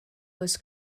was